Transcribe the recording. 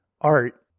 art